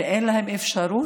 שאין להן אפשרות